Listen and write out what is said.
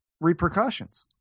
repercussions